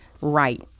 right